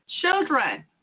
Children